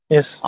Yes